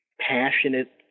passionate